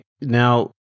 Now